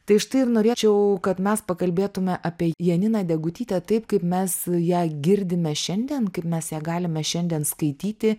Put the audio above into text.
tai štai ir norėčiau kad mes pakalbėtume apie janiną degutytę taip kaip mes ją girdime šiandien kaip mes ją galime šiandien skaityti